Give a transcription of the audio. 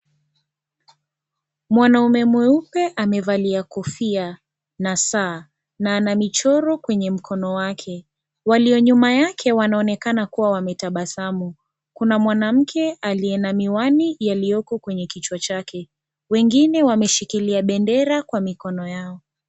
Mwanaume mweupe amevalia kofia na Saa na ana michoro kwenye mkono wake. Walio nyuma yake wanaonekana kuwa wametabasamu. Kuna mwanamke aliye na miwani yalioko kwenye kichwa chake, wengine wameshikikia bendera Kwa mikono yao.